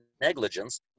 negligence